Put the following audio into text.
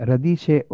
Radice